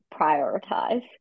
prioritize